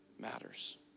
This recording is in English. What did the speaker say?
matters